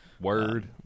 Word